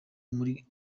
muri